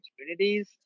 Opportunities